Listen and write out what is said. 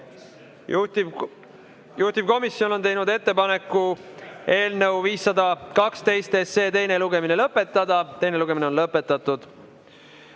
Juhtivkomisjon on teinud ettepaneku eelnõu 512 teine lugemine lõpetada. Teine lugemine on lõpetatud.